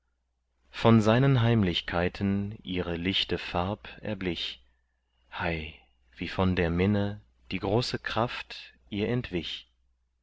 von seinen heimlichkeiten ihre lichte farb erblich hei wie von der minne die große kraft ihr entwich